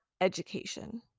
education